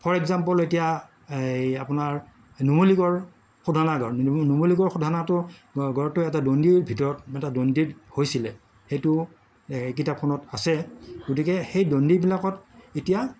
four example এতিয়া এই আপোনাৰ নুমলীগড় শোধানাগাড় নুমলীগড় শোধনাটো গড়টো এটা দণ্ডিৰ ভিতৰত এটা দণ্ডি হৈছিলে সেইটো কিতাপখনত আছে গতিকে সেই দণ্ডিবিলাকত এতিয়া